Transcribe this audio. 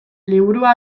liburua